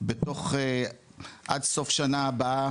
עד סוף 25,